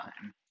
time